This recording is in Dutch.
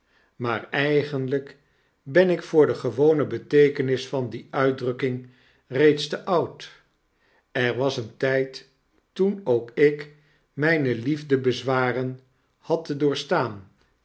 maar eigenlp ben ik voor de gewone beteekenis van die uitdrukking reeds te oud er was een tijd toen ook ik myne liefde-bezwaren had te doorstaan